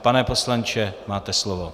Pane poslanče, máte slovo.